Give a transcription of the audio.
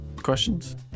questions